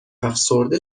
افسرده